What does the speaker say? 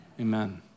Amen